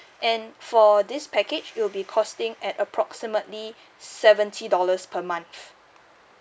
and for this package it'll costing at approximately seventy dollars per month